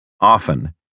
Often